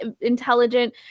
intelligent